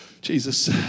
Jesus